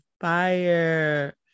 fire